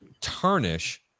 tarnish